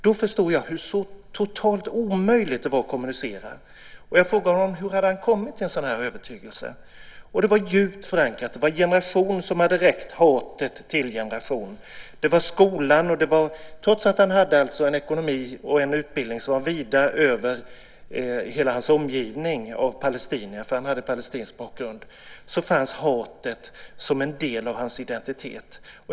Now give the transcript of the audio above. Då förstod jag hur totalt omöjligt det var att kommunicera. Jag frågade honom hur han hade kommit fram till en sådan övertygelse. Den var djupt förankrad. Generation hade räckt hatet till generation. Trots att han hade en ekonomi och en utbildning som var vida högre än hela hans omgivning av palestinier - han hade palestinsk bakgrund - fanns hatet som en del av hans identitet.